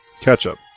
ketchup